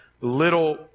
little